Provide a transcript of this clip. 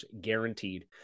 guaranteed